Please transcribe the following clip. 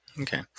Okay